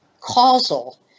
causal